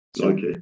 Okay